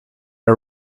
our